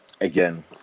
Again